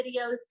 videos